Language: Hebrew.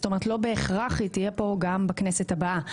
זאת אומרת, לא בהכרח היא תהיה פה גם בכנסת הבאה.